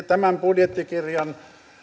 tämän budjettikirjan